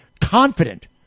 confident